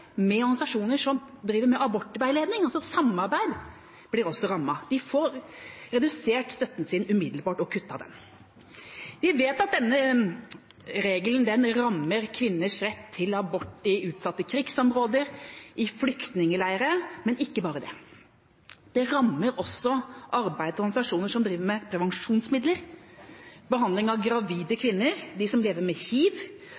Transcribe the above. med noen form for samarbeid med organisasjoner som driver med abortveiledning – altså samarbeid! – også blir rammet. De får redusert støtten sin umiddelbart og kuttet den. Vi vet at denne regelen rammer kvinners rett til abort i utsatte krigsområder og i flyktningleirer. Men ikke bare det: Det rammer også arbeidet til organisasjoner som driver med prevensjonsmidler, behandling av gravide